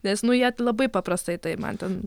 nes nu jie labai paprastai tai man ten